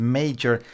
major